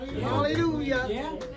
Hallelujah